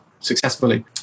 successfully